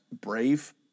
brave